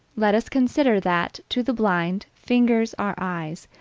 let us consider that, to the blind, fingers are eyes,